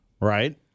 right